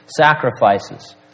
sacrifices